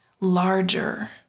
larger